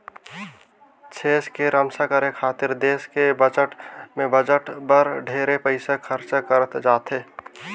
छेस के रम्छा करे खातिर देस के बजट में बजट बर ढेरे पइसा खरचा करत जाथे